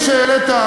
שהעלית,